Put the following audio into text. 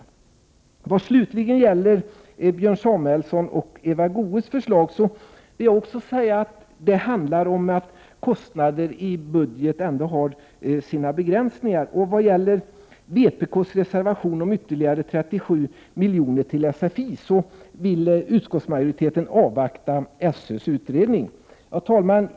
26 april 1989 Vad gäller Björn Samuelsons och Eva Goés förslag vill jag slutligen säga att det handlar om att en budget har sina begränsningar. Vad gäller vpk:s reservation om ytterligare 37 miljoner till sfi vill utskottsmajoriteten avvakta SÖ:s utredning. Herr talman!